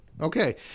Okay